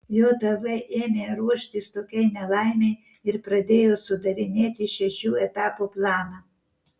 jav ėmė ruoštis tokiai nelaimei ir pradėjo sudarinėti šešių etapų planą